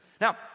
Now